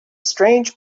strange